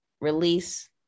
release